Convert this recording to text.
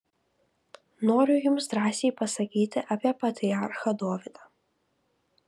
noriu jums drąsiai pasakyti apie patriarchą dovydą